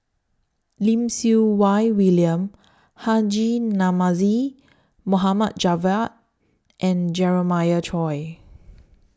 Lim Siew Wai William Haji Namazie Mohamad Javad and Jeremiah Choy